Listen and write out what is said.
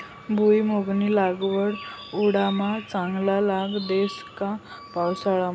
भुईमुंगनी लागवड उंडायामा चांगला लाग देस का पावसाळामा